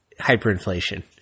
hyperinflation